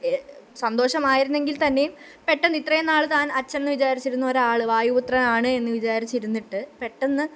സന്തോഷമായിരുന്നെങ്കില് തന്നെയും പെട്ടെന്ന് ഇത്രയും നാള് താന് അച്ഛന് എന്ന് വിചാരിച്ചിരുന്ന ഒരാള് വായുപുത്രനാണ് എന്ന് വിചാരിച്ചിരുന്നിട്ട് പെട്ടെന്ന്